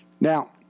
Now